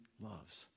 loves